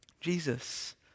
Jesus